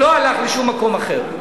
לא הלך לשום מקום אחר.